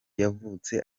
yavutse